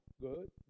Good